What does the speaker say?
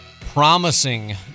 promising